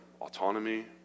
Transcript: autonomy